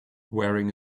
wearing